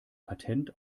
patent